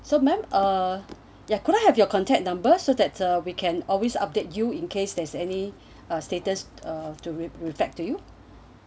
so madam uh ya could I have your contact number so that we can always update you in case there's any uh status have to uh reflect to you